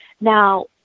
Now